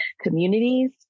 communities